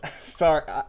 Sorry